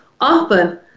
often